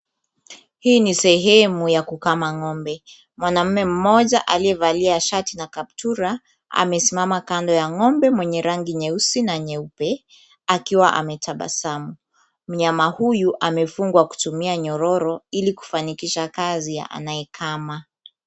Hii ni sehemu ya kukama ng'ombe. Mwanamume mmoja aliyevalia shati na kaptura amesimama kando ya ng'ombe mwenye rangi nyeusi na nyeupe akiwa ametabasamu. Mnyama huyu amefungwa kutumia nyororo ili kufanikisha kazi ya anayekama.